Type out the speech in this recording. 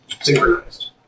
synchronized